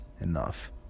enough